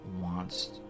wants